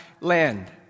land